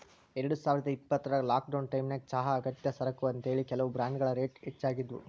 ಎರಡುಸಾವಿರದ ಇಪ್ಪತ್ರಾಗ ಲಾಕ್ಡೌನ್ ಟೈಮಿನ್ಯಾಗ ಚಹಾ ಅಗತ್ಯ ಸರಕು ಅಂತೇಳಿ, ಕೆಲವು ಬ್ರಾಂಡ್ಗಳ ರೇಟ್ ಹೆಚ್ಚಾಗಿದ್ವು